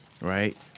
right